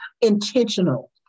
intentional